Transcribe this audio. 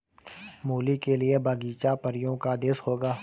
मूली के लिए बगीचा परियों का देश होगा